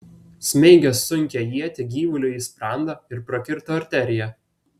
smeigė sunkią ietį gyvuliui į sprandą ir prakirto arteriją